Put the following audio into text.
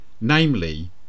namely